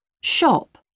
Shop